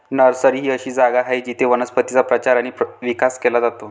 nursery ही अशी जागा आहे जिथे वनस्पतींचा प्रचार आणि विकास केला जातो